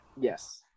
Yes